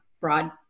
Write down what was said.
broad